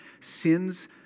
sin's